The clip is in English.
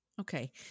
Okay